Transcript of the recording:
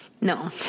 no